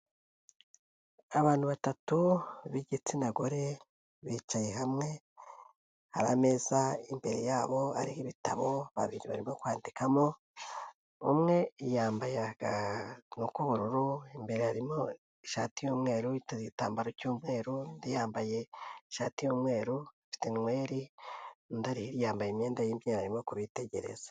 Abantu batatu b'igitsina gore bicaye hamwe hari ameza imbere yabo ariho ibitabo babiri barimo kwandikamo umwe yambaye akantu k'ubururu imbere harimo ishati y'umweruta yiteze igitambaro cy'umweru undi yambaye ishati y'umweru afite inweri undi ari hirya yambaye imyenda y'imyeru arimo kubitegereza.